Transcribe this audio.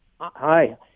Hi